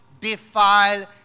defile